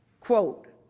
quote,